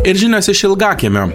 ir žinios iš ilgakiemio